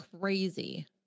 crazy